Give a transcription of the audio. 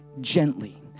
Gently